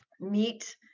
meet